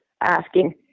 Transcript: asking